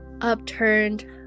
upturned